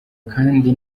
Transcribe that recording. kandi